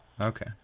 okay